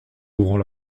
ouvrant